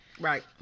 Right